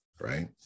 right